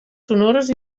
sonores